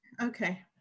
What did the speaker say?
okay